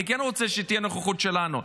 אני כן רוצה שתהיה נוכחות שלנו,